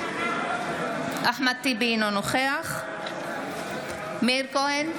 נגד אחמד טיבי, אינו נוכח מאיר כהן,